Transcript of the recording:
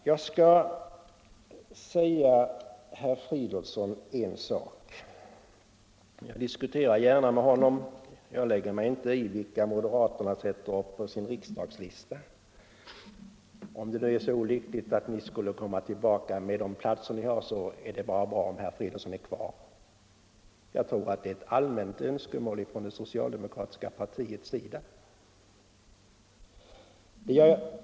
Jag skall säga herr Fridolfsson — jag diskuterar gärna med honom -— att jag inte lägger mig i vilka moderaterna sätter upp på sin riksdagslista. Om det är så lyckligt att ni skullé komma tillbaka med de platser ni har, är det bara bra om herr Fridolfsson är kvar. Jag tror att det är ett allmänt önskemål från det socialdemokratiska partiets sida.